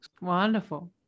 Wonderful